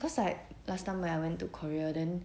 because like last time when I went to korea then